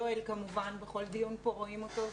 יואל כמובן, בכל דיון פה רואים אותו.